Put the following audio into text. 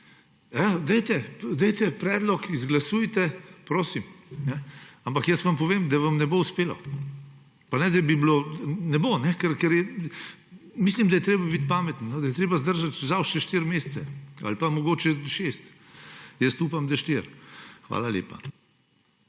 Dajte predlog, izglasujte! Prosim! Ampak vam povem, da vam ne bo uspelo. Pa ne, da bi bilo … Ne bo, ker mislim, da je treba biti pameten, da je treba zdržati žal še štiri mesece ali pa mogoče šest. Upam, da štiri. Hvala lepa.